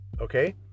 okay